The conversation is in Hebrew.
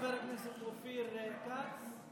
תודה, חבר הכנסת אופיר כץ.